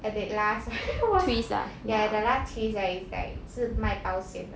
at the last why ya at the last twist right it's like 是卖保险的